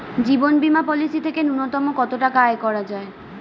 জীবন বীমা পলিসি থেকে ন্যূনতম কত টাকা আয় করা যায়?